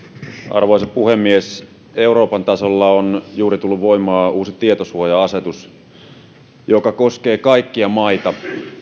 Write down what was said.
arvoisa puhemies euroopan tasolla on juuri tullut voimaan uusi tietosuoja asetus joka koskee kaikkia maita